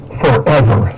forever